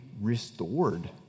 restored